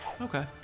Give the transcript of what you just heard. okay